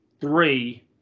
three